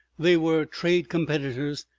they were trade competitors,